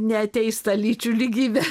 neateis taą lyčių lygybė